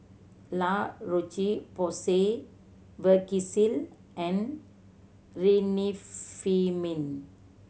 La Roche Porsay Vagisil and Remifemin